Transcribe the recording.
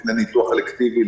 לפני ניתוח אלקטיבי,